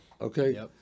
Okay